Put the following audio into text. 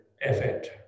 effect